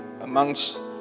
amongst